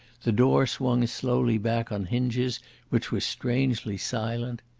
the door swung slowly back on hinges which were strangely silent.